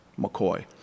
McCoy